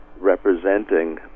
representing